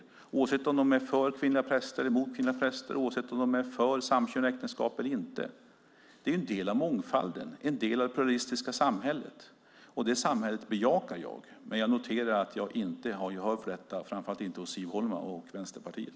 Det gäller oavsett om de är för eller emot kvinnliga präster och oavsett om de är för samkönade äktenskap eller inte. Det är en del av mångfalden, en del av det pluralistiska samhället. Det samhället bejakar jag, men jag noterar att jag inte har gehör för det, framför allt inte hos Siv Holma och Vänsterpartiet.